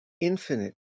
infinite